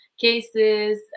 cases